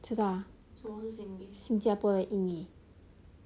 知道啊新加坡的英语